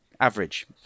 Average